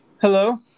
Hello